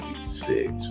six